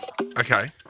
Okay